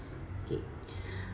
okay